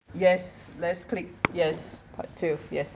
yes lets click yes part two yes